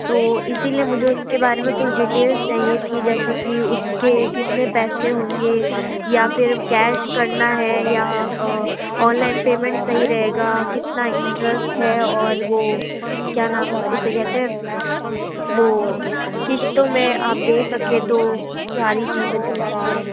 तो इसीलिए मुझे उसके बारे में कुछ डिटेल्स चाहिए थी कि जैसे उसके कितने पैसे होंगे या फिर कैश करना है या ऑनलाइन पेमेंट सही रहेगा कितना इंट्रेस्ट है और वो क्या नाम है उसे कहते हैं वो किश्तों में आप देख सके तो सारी चीज़ें पूछनी है